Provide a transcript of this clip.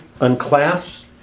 unclasps